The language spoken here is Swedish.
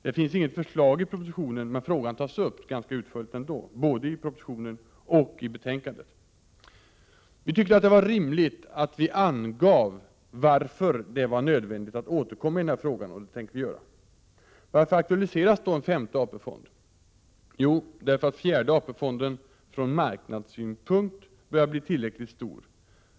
Det finns inget förslag i propositionen, men frågan diskuteras ändå ganska utförligt både i propositionen och i betänkandet. Vi tyckte att det var rimligt att vi skulle ange varför det var nödvändigt att återkomma i denna fråga. Varför aktualiseras då en femte AP-fond? Jo, därför att fjärde AP-fonden | från marknadssynpunkt börjar bli tillräckligt stor. Regeringen menar att det = Prot.